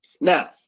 now